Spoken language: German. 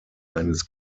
eines